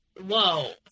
whoa